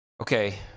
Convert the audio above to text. Okay